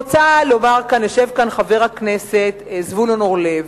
יושב כאן חבר הכנסת זבולון אורלב,